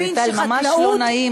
רויטל, ממש לא נעים.